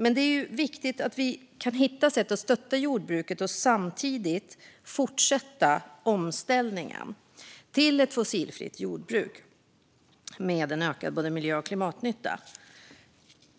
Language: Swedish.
Men det är viktigt att vi kan hitta sätt att stötta jordbruket och samtidigt fortsätta omställningen till ett fossilfritt jordbruk med en ökad miljö och klimatnytta.